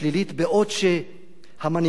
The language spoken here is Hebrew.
בעוד שהמנהיגים של היום,